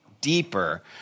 deeper